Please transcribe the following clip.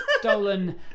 stolen